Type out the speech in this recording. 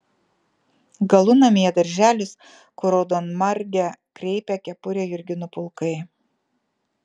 galunamyje darželis kur raudonmargę kreipia kepurę jurginų pulkai